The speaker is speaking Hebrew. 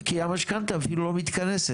כי המשכנתא אפילו לא מתכנסת.